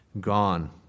gone